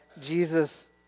Jesus